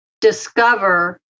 discover